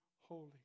holy